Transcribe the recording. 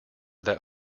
that